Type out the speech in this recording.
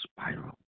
spiral